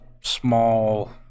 small